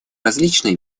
различные